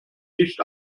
nicht